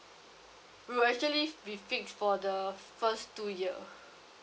will actually be fixed for the first two year